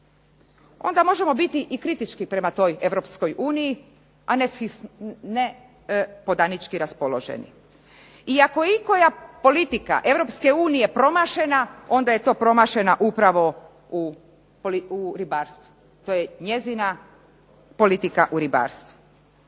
onda možemo biti i kritički prema toj Europskoj uniji, a ne podanički raspoloženi. I ako je ikoja politika Europske unije promašena, onda je to promašena upravo u ribarstvu. To je njezina politika u ribarstvu.